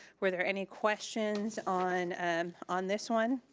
were there any questions on on this one?